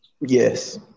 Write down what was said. Yes